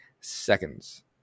Seconds